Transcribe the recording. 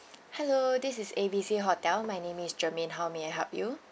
hello this is A B C hotel my name is germaine how may I help you